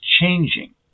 changing